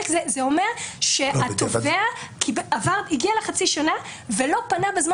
זה אומר שהתובע הגיע לחצי שנה ולא פנה בזמן